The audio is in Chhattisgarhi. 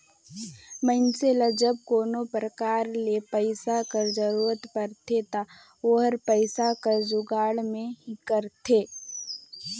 मइनसे ल जब कोनो परकार ले पइसा कर जरूरत परथे ता ओहर पइसा कर जुगाड़ में हिंकलथे